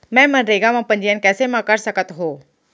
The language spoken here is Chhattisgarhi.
मैं मनरेगा म पंजीयन कैसे म कर सकत हो?